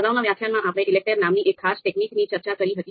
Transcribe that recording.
અગાઉના વ્યાખ્યાનમાં આપણે ELECTRE નામની એક ખાસ ટેકનિકની ચર્ચા કરી હતી